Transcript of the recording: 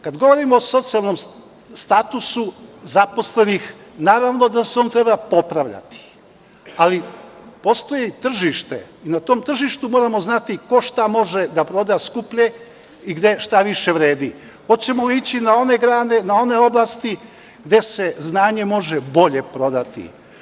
Kad govorimo o socijalnom statusu zaposlenih, naravno da se on treba popravljati, ali postoji tržište i na tom tržištu moramo znati ko šta može da proda skuplje i gde šta više vredi, hoćemo li ići na one grane, na one oblasti gde se znanje može bolje prodati.